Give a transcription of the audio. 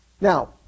Now